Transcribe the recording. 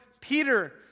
Peter